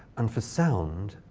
and for sound,